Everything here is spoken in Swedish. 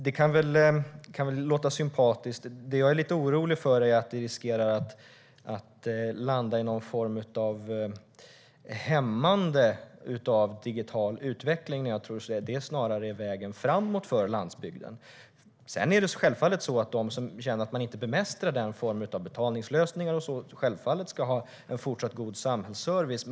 Det kan väl låta sympatiskt, men det jag är lite orolig för är att vi riskerar att landa i någon form av hämmande av digital utveckling. Jag tror att den digitala utvecklingen snarare är vägen framåt för landsbygden. Sedan är det självfallet så att de som känner att de inte bemästrar den formen av betalningslösningar ska ha en fortsatt god samhällsservice.